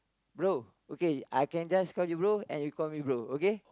bro okay I can just call you bro and you call my bro okay